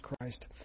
Christ